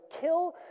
kill